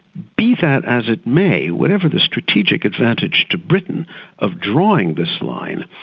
be that as it may, whatever the strategic advantage to britain of drawing this line,